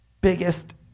biggest